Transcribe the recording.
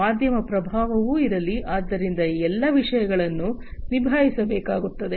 ಮಾಧ್ಯಮ ಪ್ರಭಾವವೂ ಇರಲಿದೆ ಆದ್ದರಿಂದ ಈ ಎಲ್ಲ ವಿಷಯಗಳನ್ನು ನಿಭಾಯಿಸಬೇಕಾಗುತ್ತದೆ